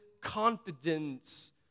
confidence